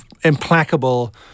implacable